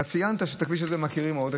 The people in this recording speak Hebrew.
אתה ציינת שאת הכביש הזה אנחנו מכירים מאוד.